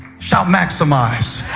shout, maximize!